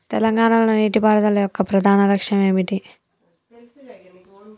తెలంగాణ లో నీటిపారుదల యొక్క ప్రధాన లక్ష్యం ఏమిటి?